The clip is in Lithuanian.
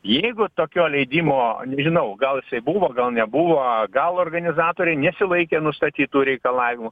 jeigu tokio leidimo žinau gal jisai buvo gal nebuvo gal organizatoriai nesilaikė nustatytų reikalavimų